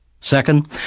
Second